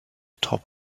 top